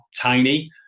tiny